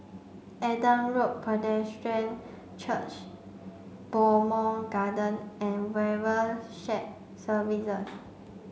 Adam Road Presbyterian Church Bowmont Gardens and Shared Services